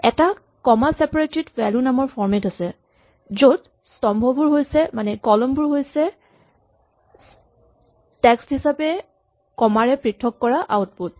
এটা comma separated value নামৰ format আছে য'ত স্তম্ভবোৰ হৈছে টেক্স্ট হিচাপে কমাৰে পৃথক কৰা আউটপুট